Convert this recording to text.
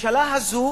הממשלה הזאת